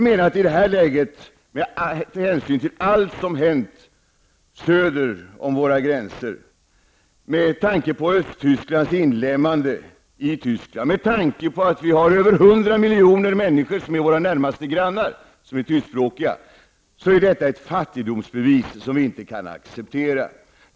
Med tanke på allt som hänt söder om våra gränser, 100 miljoner av våra närmaste grannar är tyskspråkiga är detta ett fattigdomsbevis som vi inte kan acceptera.